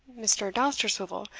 mr. dousterswivel,